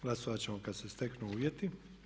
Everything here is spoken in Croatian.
Glasovati ćemo kada se steknu uvjeti.